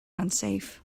unsafe